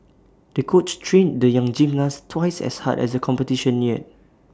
the coach trained the young gymnast twice as hard as the competition neared